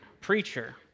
preacher